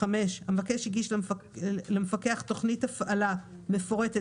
(5)המבקש הגיש למפקח תכנית הפעלה מפורטת